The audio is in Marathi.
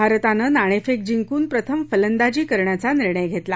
भारताने नाणेफेक जिंकून प्रथम फलंदाजी करण्याचा निर्णय घेतला